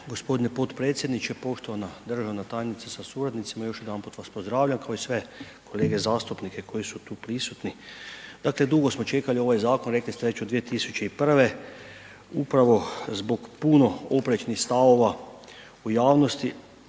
g. potpredsjedniče, poštovana državna tajnice sa suradnicima, još jednom vas pozdravljam kao i sve kolege zastupnike koji su tu prisutni. Dakle dugo smo čekali ovaj zakon, rekli ste već od 2001. upravo zbog puno oprečnih stavova u javnosti